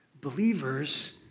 believers